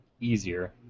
easier